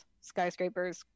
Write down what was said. skyscrapers